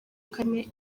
kane